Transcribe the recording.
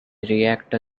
react